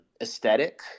aesthetic